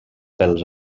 pels